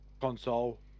console